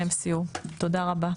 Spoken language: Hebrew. רבה.